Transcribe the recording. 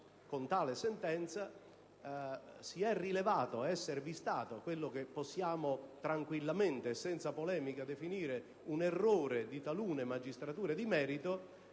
di cassazione si è rivelato esservi stato quello che possiamo tranquillamente e senza polemiche definire un errore di talune magistrature di merito,